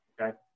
okay